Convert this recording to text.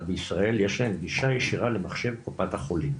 בישראל יש להם גישה ישירה למחשב קופת החולים,